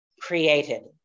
created